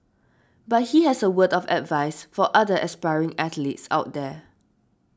but he has a word of advice for other aspiring athletes out there